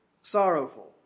sorrowful